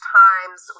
times